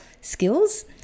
skills